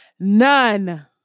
None